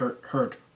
hurt